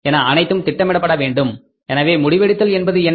என அனைத்தும் திட்டமிடப்பட வேண்டும் எனவே முடிவெடுத்தல் என்பது என்ன